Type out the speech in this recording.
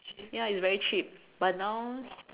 ya it's very cheap but now